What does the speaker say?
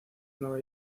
nueva